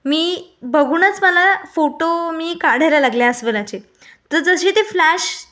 मी बघूनच मला फोटो मी काढायला लागले अस्वलाचे तर जसे ते फ्लॅश